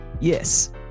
Yes